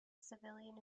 civilian